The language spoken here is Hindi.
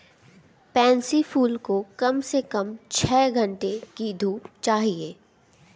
पैन्सी फूल को कम से कम छह घण्टे की धूप चाहिए